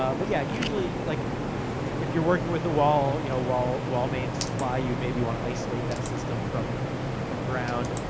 ah but yeah, usually, like if you're working with a wall you know wall main supply, you'd maybe wanna isolate that system from from ground.